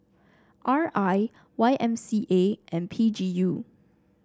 R I Y M C A and P G U